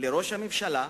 לראש הממשלה: